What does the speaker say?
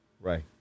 right